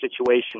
situation